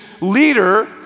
leader